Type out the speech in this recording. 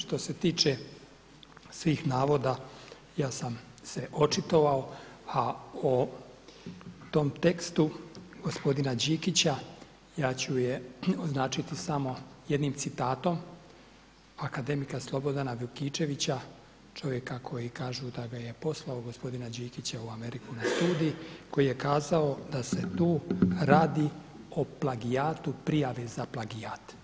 Što se tiče svih navoda, ja sam se očitovao, a o tom tekstu gospodina Đikića ja ću je označiti samo jednim citatom akademika Slobodan Vukičevića, čovjeka koji kažu da ga je poslao gospodina Đikića u Ameriku na studij, koji je kazao da se tu radi o plagijatu prijave za plagijat.